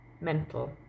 mental